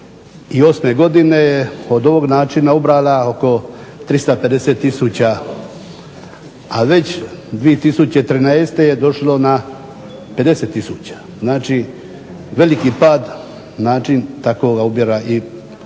2008. godine je od ovog načina ubrala oko 350 tisuća. A već 2013. je došlo na 50 tisuća. Znači, veliki pad način takvoga ubira boravišne